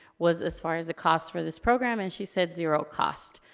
was as far as the cost for this program, and she said zero cost.